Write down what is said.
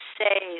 say